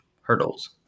hurdles